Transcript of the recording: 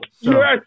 yes